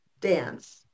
dance